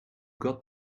got